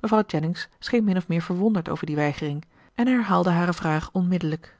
mevrouw jennings scheen min of meer verwonderd over die weigering en herhaalde hare vraag onmiddellijk